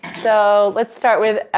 so let's start with,